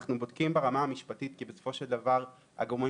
אנחנו בודקים ברמה המשפטית כי בסופו של דבר הגורמים